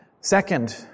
Second